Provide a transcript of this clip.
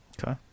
Okay